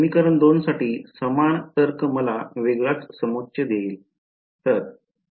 समीकरण २ साठी समान तर्क मला वेगळा समोच्च देईल